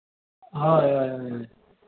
हय हय हय